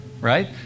Right